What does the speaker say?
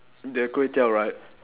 the kway teow right